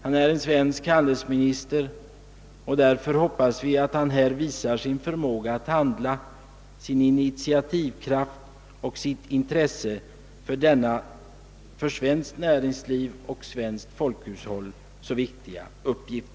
Han är handelsminister, och därför hoppas vi att han här visar sin förmåga att handla, sin initiativkraft och sitt intresse för denna för svenskt näringsliv och svenskt folkhushåll så viktiga uppgift.